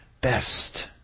best